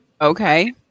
Okay